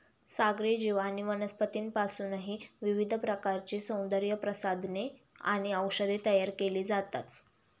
सागरी जीव आणि वनस्पतींपासूनही विविध प्रकारची सौंदर्यप्रसाधने आणि औषधे तयार केली जातात